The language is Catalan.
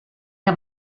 que